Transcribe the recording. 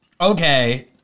Okay